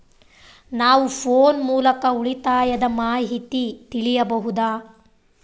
ನಾವು ಫೋನ್ ಮೂಲಕ ಉಳಿತಾಯದ ಮಾಹಿತಿ ತಿಳಿಯಬಹುದಾ?